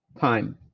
time